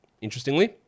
interestingly